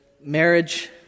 marriage